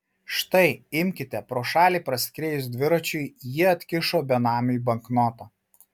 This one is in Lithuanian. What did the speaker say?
štai imkite pro šalį praskriejus dviračiui ji atkišo benamiui banknotą